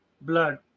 blood